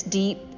deep